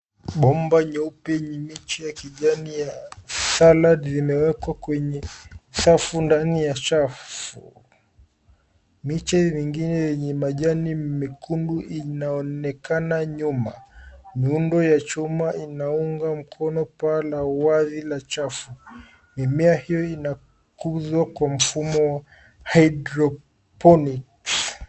Bomba nyeupe yenye mechi ya kijani ya salad imewekwa kwenye safu ndani ya shafu nyuma .Miundo ya chuma unaounga paa la uhai mimea hiyo inakuwa kwa mfumo wa [c.s]hydroponics[c.s]